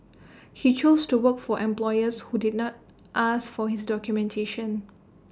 he chose to work for employers who did not ask for his documentation